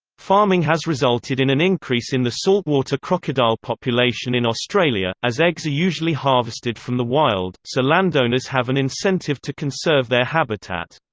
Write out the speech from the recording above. farming has resulted in an increase in the saltwater crocodile population in australia, as eggs are usually harvested from the wild, so landowners have an incentive to conserve their habitat.